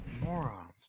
morons